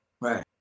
Right